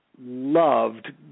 loved